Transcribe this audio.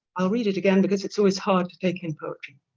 i'll read it again because it's always hard to take in poetry